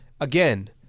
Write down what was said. again